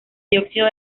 dióxido